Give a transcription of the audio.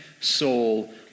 soul